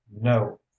no